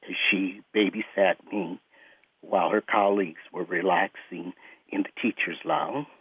ah she babysat me while her colleagues were relaxing in the teachers lounge. um